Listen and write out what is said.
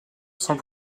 sans